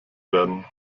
werden